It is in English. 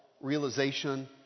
realization